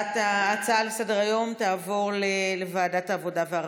ההצעה לסדר-היום תעבור לוועדת העבודה והרווחה.